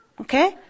okay